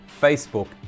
Facebook